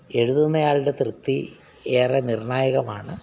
എഴുതുന്ന ആളുടെ തൃപ്തി ഏറെ നിർണ്ണായകമാണ്